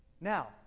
Now